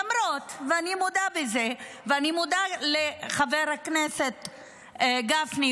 למרות ואני מודה לחבר הכנסת גפני,